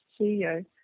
CEO